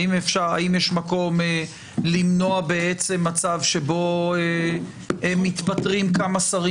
האם יש מקום למנוע מצב שבו מתפטרים כמה שרים